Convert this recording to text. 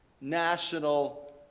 national